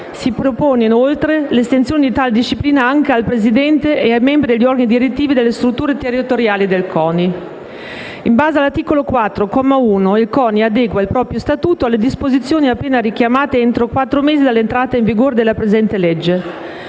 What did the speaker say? Si propone, inoltre, l'estensione di tale disciplina anche al presidente e ai membri degli organi direttivi delle strutture territoriali del CONI. In base all'articolo 4, comma 1, il CONI adegua il proprio statuto alle disposizioni appena richiamate entro quattro mesi dall'entrata in vigore della presente legge.